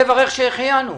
שאתם לא מסכימים,